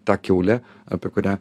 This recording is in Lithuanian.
ta kiaule apie kurią